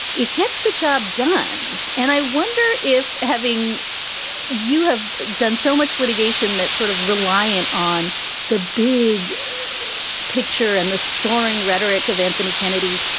it gets the job done. and i wonder if having you have done so much litigation that's sort of reliant on the big picture and the soaring rhetoric of anthony kennedy,